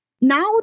now